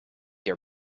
your